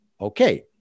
okay